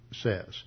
says